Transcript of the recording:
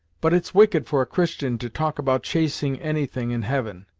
but it's wicked for a christian to talk about chasing anything in heaven.